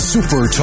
Super